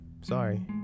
sorry